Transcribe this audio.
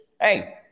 hey